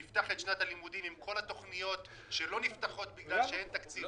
שנפתח את שנת הלימודים עם כל התוכניות שלא נפתחות בגלל שאין תקציב.